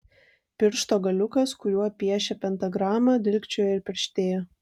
piršto galiukas kuriuo piešė pentagramą dilgčiojo ir perštėjo